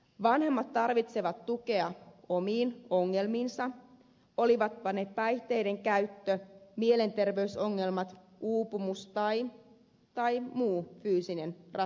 vanhemmat tarvitsevat tukea omiin ongelmiinsa olipa ongelmana sitten päihteiden käyttö mielenterveysongelmat uupumus tai muu fyysinen rasitus